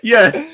Yes